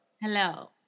Hello